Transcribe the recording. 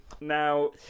now